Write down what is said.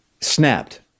snapped